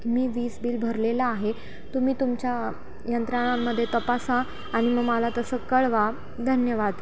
मी वीज बिल भरलेला आहे तुम्ही तुमच्या यंत्रणांमध्ये तपासा आणि मग मला तसं कळवा धन्यवाद